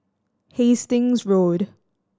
Hastings Road